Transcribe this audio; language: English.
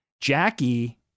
Jackie